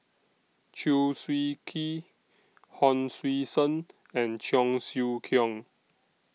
Chew Swee Kee Hon Sui Sen and Cheong Siew Keong